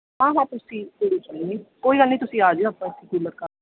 ਹਾਂ ਹਾਂ ਤੁਸੀਂ ਕੋਈ ਗੱਲ ਨਹੀਂ ਤੁਸੀਂ ਆ ਜਿਓ